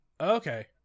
Okay